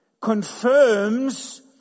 Confirms